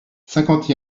cinquante